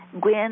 Gwen